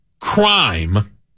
crime